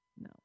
No